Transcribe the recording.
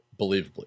believably